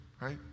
right